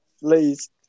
Please